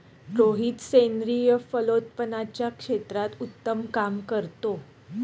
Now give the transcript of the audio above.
रोहित सेंद्रिय फलोत्पादनाच्या क्षेत्रात उत्तम काम करतो आहे